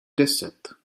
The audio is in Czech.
deset